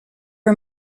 are